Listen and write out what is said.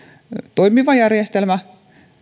toimiva järjestelmä